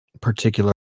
particular